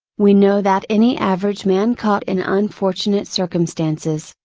we know that any average man caught in unfortunate circumstances,